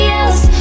else